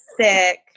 sick